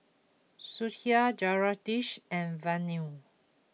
Sudhir Jagadish and Vanu